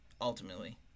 ultimately